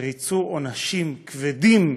וריצו עונשים כבדים,